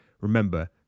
Remember